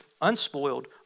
unspoiled